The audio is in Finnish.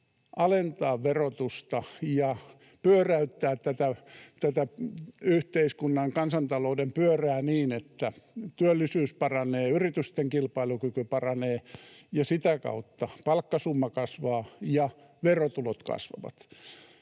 alentaa verotusta ja pyöräyttää tätä yhteiskunnan, kansantalouden, pyörää niin, että työllisyys paranee, yritysten kilpailukyky paranee ja sitä kautta palkkasumma kasvaa ja verotulot kasvavat.